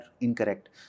incorrect